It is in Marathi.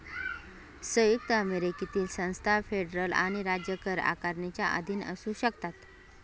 संयुक्त अमेरिकेतील संस्था फेडरल आणि राज्य कर आकारणीच्या अधीन असू शकतात